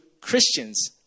Christians